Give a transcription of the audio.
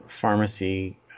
pharmacy